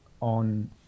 on